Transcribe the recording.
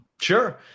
Sure